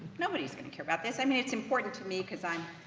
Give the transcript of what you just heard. nobody's going to care about this. i mean it's important to me because i'm,